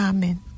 Amen